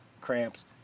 Cramps